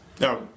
No